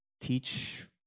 teach